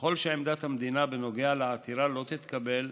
ככל שעמדת המדינה בנוגע לעתירה לא תתקבל,